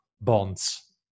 bonds